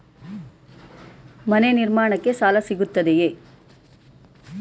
ಮನೆ ನಿರ್ಮಾಣಕ್ಕೆ ಸಾಲ ಸಿಗುತ್ತದೆಯೇ?